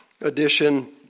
edition